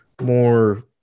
more